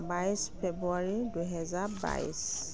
বাইছ ফেব্ৰুৱাৰী দুহেজাৰ বাইছ